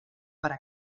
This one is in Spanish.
para